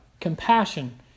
compassion